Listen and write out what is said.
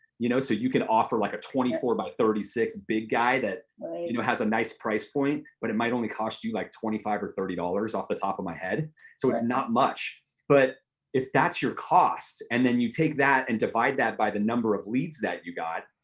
you know so you can offer like a twenty four by thirty six big guy that you know has a nice price point but it might only cost you like twenty five or thirty dollars off the top of my head so it's not much but if that's your cost and then you take that and divide that by the number of leads that you got,